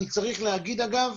ואני צריך להגיד אגב,